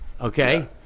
Okay